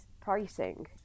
pricing